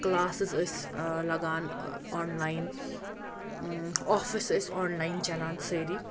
classes ٲسۍ لَگان online office ٲسۍ آنلایِن چَلان سٲری